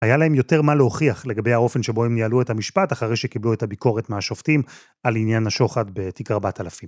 היה להם יותר מה להוכיח לגבי האופן שבו הם ניהלו את המשפט אחרי שקיבלו את הביקורת מהשופטים על עניין השוחד בתיק 4000.